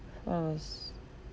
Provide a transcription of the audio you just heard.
was